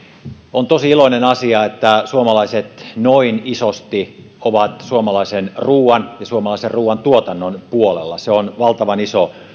on tosi iloinen asia että suomalaiset noin isosti ovat suomalaisen ruuan ja suomalaisen ruuantuotannon puolella se on valtavan iso